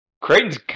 Creighton's